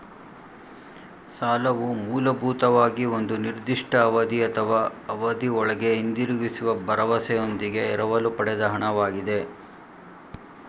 ಸಾಲವು ಮೂಲಭೂತವಾಗಿ ಒಂದು ನಿರ್ದಿಷ್ಟ ಅವಧಿ ಅಥವಾ ಅವಧಿಒಳ್ಗೆ ಹಿಂದಿರುಗಿಸುವ ಭರವಸೆಯೊಂದಿಗೆ ಎರವಲು ಪಡೆದ ಹಣ ವಾಗಿದೆ